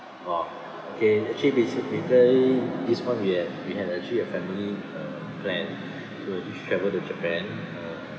!wah! okay actually visit we planned this [one] we had we had a trip of family uh plan so we travel to japan uh